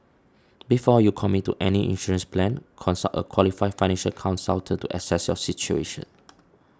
before you commit to any insurance plan consult a qualified financial consultant to assess your situation